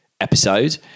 episode